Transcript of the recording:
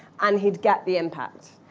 and he'd get the impact.